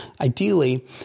Ideally